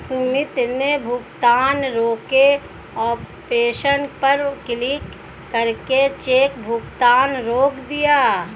सुमित ने भुगतान रोके ऑप्शन पर क्लिक करके चेक भुगतान रोक दिया